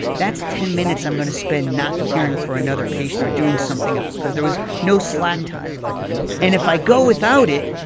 that's ten minutes i'm going to spend not caring for another patient or doing something else because there was no slack time and if i go without it,